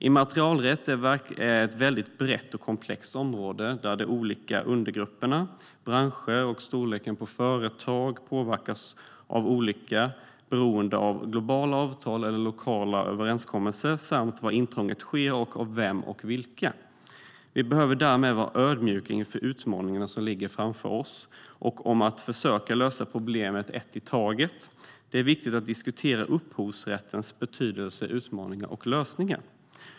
Immaterialrätt är ett väldigt brett och komplext område där de olika undergrupperna, branscher och storleken på företag påverkas olika beroende på globala avtal eller lokala överenskommelser samt på var intrången sker och av vem eller vilka de görs. Vi behöver därmed vara ödmjuka inför de utmaningar som ligger framför oss och försöka lösa ett problem i taget. Det är viktigt att diskutera upphovsrättens betydelse, utmaningar och lösningar.